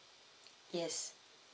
yes